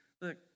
Look